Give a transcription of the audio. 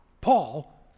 Paul